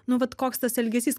nu vat koks tas elgesys